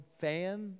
Fan